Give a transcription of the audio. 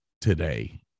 today